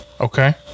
Okay